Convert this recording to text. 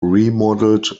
remodeled